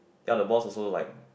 ya the boss also like